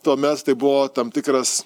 tuomet tai buvo tam tikras